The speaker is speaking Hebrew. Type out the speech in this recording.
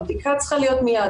הבדיקה צריכה להיות מיד,